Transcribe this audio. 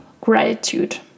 gratitude